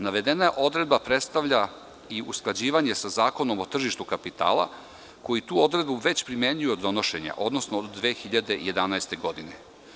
Navedena odredba predstavlja i usklađivanje sa Zakonom o tržištu kapitala koji tu odredbu već primenjuje od donošenja, odnosno od 2011. godine.